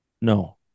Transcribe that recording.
no